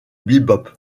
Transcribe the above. bebop